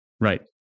Right